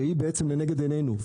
שהיא לנגד עינינו,